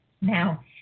Now